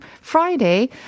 Friday